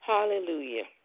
Hallelujah